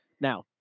Now